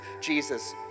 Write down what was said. Jesus